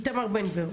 איתמר בן גביר,